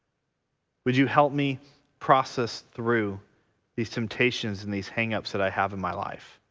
would you help me process through these temptations and these hang-ups that i have in my life